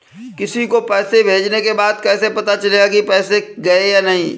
किसी को पैसे भेजने के बाद कैसे पता चलेगा कि पैसे गए या नहीं?